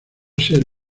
ser